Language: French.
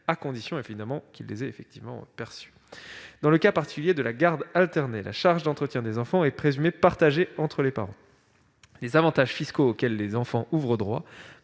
à condition qu'il les ait effectivement perçues. Dans le cas particulier de la garde alternée, la charge d'entretien des enfants est présumée partagée entre les parents. Les avantages fiscaux auxquels les enfants ouvrent droit-